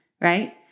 right